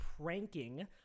pranking